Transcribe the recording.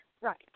Right